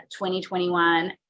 2021